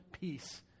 peace